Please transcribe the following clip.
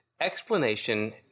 explanation